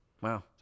Wow